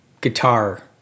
guitar